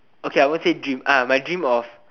okay I won't say dream my dream of